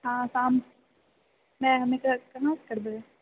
हाँ शाम नहि हमे कऽ कहाँ से करबै